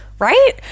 right